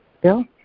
Bill